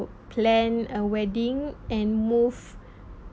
plan a wedding and move